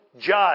judge